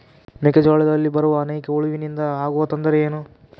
ಮೆಕ್ಕೆಜೋಳದಲ್ಲಿ ಬರುವ ಸೈನಿಕಹುಳುವಿನಿಂದ ಆಗುವ ತೊಂದರೆ ಏನು?